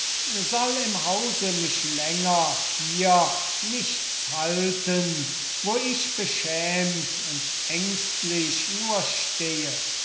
soll im hause mich länger hier nichts halten wo ich beschämt und ängstlich nur stehe